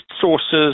sources